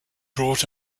brought